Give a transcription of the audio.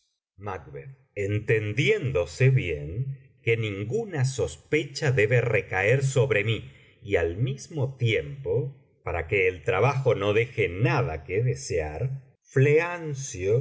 entendiéndose bien que ninguna sospecha debe recaer sobre mí y al mismo tiempo para que el trabajo no deje nada que desear